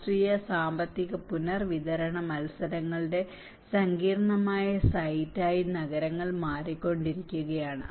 രാഷ്ട്രീയ സാമ്പത്തിക പുനർവിതരണ മത്സരങ്ങളുടെ സങ്കീർണ്ണമായ സൈറ്റായി നഗരങ്ങൾ മാറിക്കൊണ്ടിരിക്കുകയാണ്